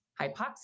hypoxia